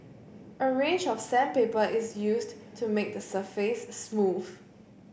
a range of sandpaper is used to make the surface smooth